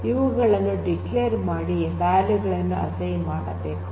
ಇವುಗಳನ್ನು ಡಿಕ್ಲೇರ್ ಮಾಡಿ ವ್ಯಾಲ್ಯೂ ಗಳನ್ನು ಅಸೈನ್ ಮಾಡಬೇಕು